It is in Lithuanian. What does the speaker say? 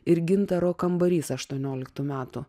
ir gintaro kambarys aštuonioliktų metų